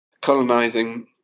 colonizing